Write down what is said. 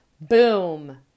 Boom